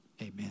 amen